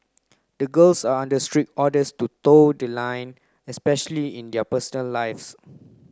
the girls are under strict orders to toe the line especially in their personal lives